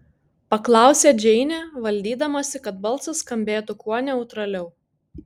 paklausė džeinė valdydamasi kad balsas skambėtų kuo neutraliau